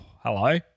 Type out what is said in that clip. Hello